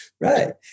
Right